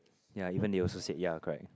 ya even they also said ya correct